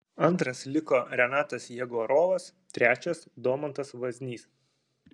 antras liko renatas jegorovas trečias domantas vaznys